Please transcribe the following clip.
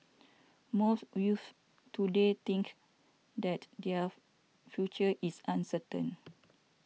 most youths to day think that their future is uncertain